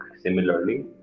similarly